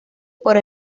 por